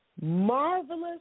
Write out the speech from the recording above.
Marvelous